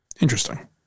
Interesting